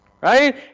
Right